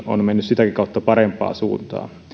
on mennyt sitäkin kautta parempaan suuntaan